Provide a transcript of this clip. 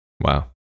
Wow